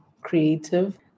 creative